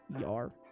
Yar